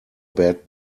bad